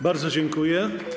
Bardzo dziękuję.